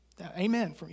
Amen